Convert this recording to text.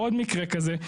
עוד מקרה כזה.